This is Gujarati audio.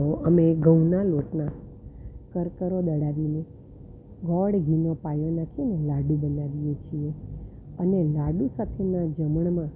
તો અને ઘઉના લોટના કરકરો દળાવીને ગોળ ઘી પાયો નાખીને લાડુ બનાવીએ છીએ અને લાડુ સાથેના જમણમાં